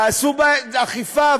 תעשו אכיפה,